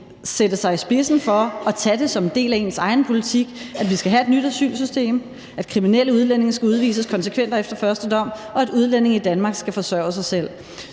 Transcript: sætte sig i spidsen for at tage det som en del af ens egen politik, nemlig at vi skal have et nyt asylsystem, at kriminelle udlændinge skal udvises konsekvent og efter første dom, og at udlændinge i Danmark skal forsørge sig selv.